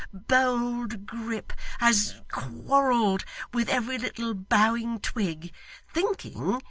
bold grip, has quarrelled with every little bowing twig thinking,